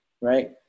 right